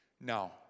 Now